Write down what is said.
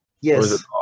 Yes